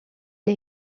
les